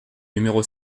numéro